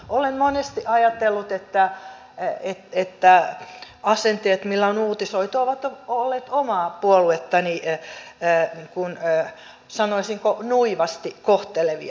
olen monesti ajatellut että asenteet millä on uutisoitu ovat olleet omaa puoluettani sanoisinko nuivasti kohtelevia